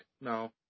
No